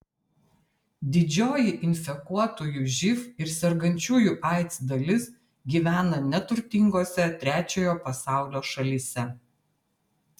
didžioji infekuotųjų živ ir sergančiųjų aids dalis gyvena neturtingose trečiojo pasaulio šalyse